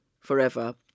forever